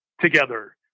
together